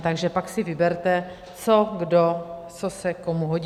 Takže pak si vyberte, co kdo, co se komu hodí.